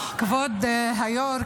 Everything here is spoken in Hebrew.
כבוד היו"ר,